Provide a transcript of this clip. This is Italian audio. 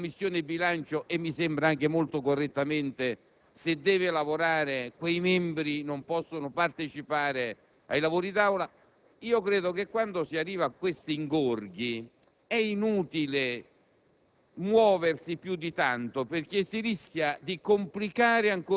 chi non vuole che si vada avanti perché, se la Commissione bilancio - e mi sembra anche molto correttamente - deve lavorare, i suoi membri non possono partecipare ai lavori d'Aula. Quando si arriva a questi ingorghi è inutile